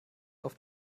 auf